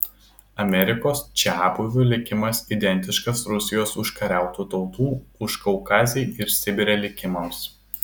amerikos čiabuvių likimas identiškas rusijos užkariautų tautų užkaukazėj ir sibire likimams